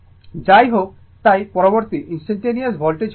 যাই হোক তাই পরবর্তী ইনস্টানটানেওয়াস ভোল্টেজ হল vR VL v